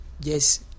Yes